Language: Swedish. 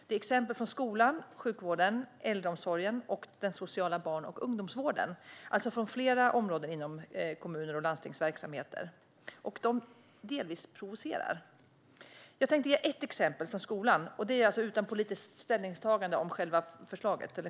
Det är exempel från skolan, sjukvården, äldreomsorgen och den sociala barn och ungdomsvården, alltså från flera områden och verksamheter inom kommun och landsting, och det är delvis provocerande exempel.